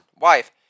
wife